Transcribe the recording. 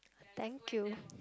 thank you